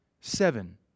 seven